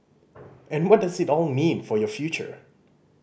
and what does it all mean for your future